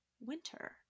winter